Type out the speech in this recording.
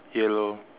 yellow